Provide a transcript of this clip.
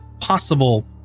possible